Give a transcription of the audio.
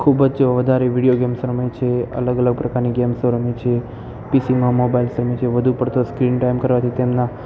ખૂબ જ વધારે વિડીયો ગેમ્સ રમે છે અલગ અલગ પ્રકારની ગેમ્સો રમે છે પીસીમાં મોબાઈલ્સ રમે છે વધુ પડતા સ્ક્રીન ટાઈમ કરવાથી તેમના